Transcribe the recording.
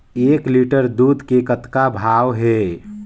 एक लिटर दूध के कतका भाव हे?